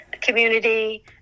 community